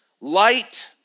Light